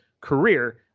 career